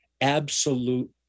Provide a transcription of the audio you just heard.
absolute